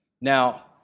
Now